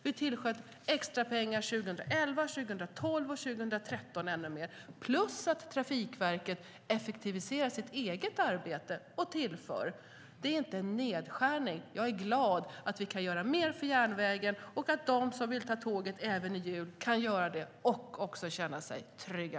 Vi tillsköt extra pengar 2011, 2012 och ännu mer 2103 plus att Trafikverket effektiviserar sitt eget arbete och tillför. Det är inte en nedskärning. Jag är glad att vi kan göra mer för järnvägen och att de som vill ta tåget även i jul kan göra det och också känna sig trygga.